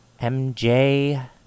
MJ